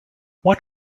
what